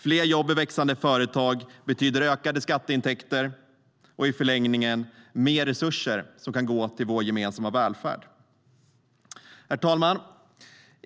Fler jobb i växande företag betyder ökade skatteintäkter och i förlängningen mer resurser som kan gå till vår gemensamma välfärd. Herr talman!